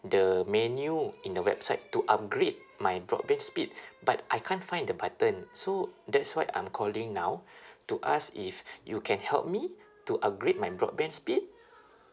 the menu in the website to upgrade my broadband speed but I can't find the button so that's why I'm calling now to ask if you can help me to upgrade my broadband speed